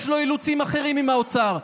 יש לו אילוצים אחרים עם האוצר,